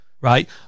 right